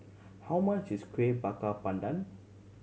how much is Kuih Bakar Pandan